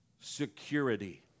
Security